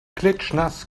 klitschnass